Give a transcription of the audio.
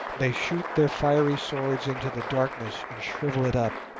they shoot their fiery swords into the darkness and shrivel it up.